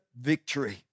victory